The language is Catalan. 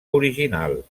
original